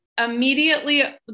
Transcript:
immediately